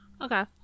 Okay